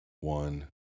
one